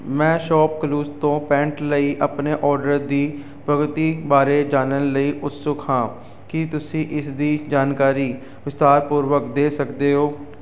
ਮੈਂ ਸ਼ਾਪਕਲੂਜ਼ ਤੋਂ ਪੈਂਟ ਲਈ ਆਪਣੇ ਆਰਡਰ ਦੀ ਪ੍ਰਗਤੀ ਬਾਰੇ ਜਾਣਨ ਲਈ ਉਤਸੁਕ ਹਾਂ ਕੀ ਤੁਸੀਂ ਇਸ ਦੀ ਜਾਣਕਾਰੀ ਵਿਸਥਾਰਪੂਰਵਕ ਦੇ ਸਕਦੇ ਹੋ